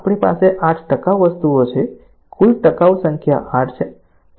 વ્યક્તિ પાસે 8 ટકાઉ વસ્તુઓ છે કુલ ટકાઉ સંખ્યા 8 છે